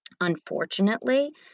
Unfortunately